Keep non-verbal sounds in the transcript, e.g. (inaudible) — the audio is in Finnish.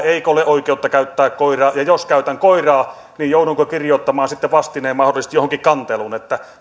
(unintelligible) eikö ole oikeutta käyttää koiraa ja jos käytän koiraa niin joudunko kirjoittamaan sitten vastineen mahdollisesti johonkin kanteluun